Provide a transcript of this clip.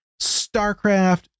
StarCraft